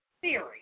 theory